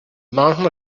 mountain